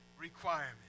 requirement